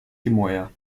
gemäuer